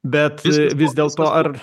bet vis dėlto ar